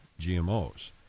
GMOs